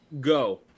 go